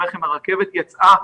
הרכבת יצאה.